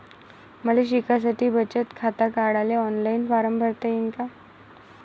मले शिकासाठी बचत खात काढाले ऑनलाईन फारम भरता येईन का?